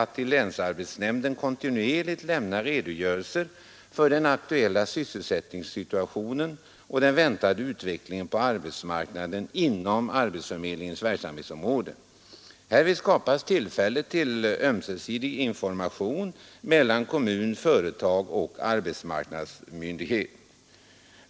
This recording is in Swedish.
att till länsarbetsnämnderna kontinuerligt lämna redogörelser för den aktuella sysselsättningssituationen och den väntade utvecklingen på arbetsmarknaden inom arbetsförmedlingens verksamhetsområde. Härvid skapas tillfälle till ömsesidig information mellan kommun, företag och arbetsmarknadsmyndigheter.